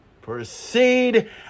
proceed